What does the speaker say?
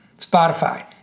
Spotify